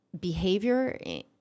behavior